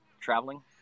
traveling